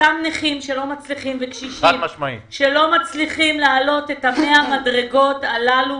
אותם נכים וקשישים שלא מצליחים לעלות את 100 המדרגות הללו.